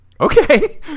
Okay